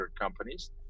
companies